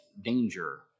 danger